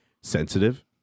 sensitive